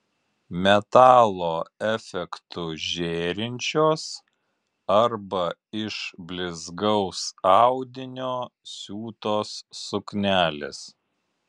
metalo efektu žėrinčios arba iš blizgaus audinio siūtos suknelės